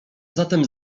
zatem